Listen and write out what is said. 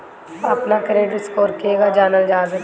अपना credit score केगा जानल जा सकेला?